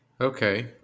Okay